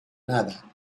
nada